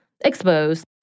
exposed